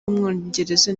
w’umwongereza